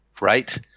Right